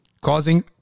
causing